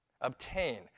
obtain